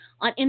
on